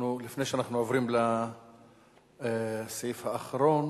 לפני שאנחנו עוברים לסעיף האחרון,